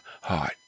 heart